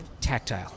Tactile